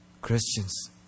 Christians